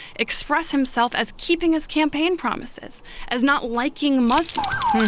express himself as keeping his campaign promises, as not liking muslims.